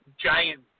giant